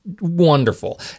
wonderful